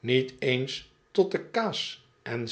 niet eens tot de kaas en